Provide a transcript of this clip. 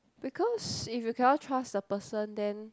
because if you cannot trust the person then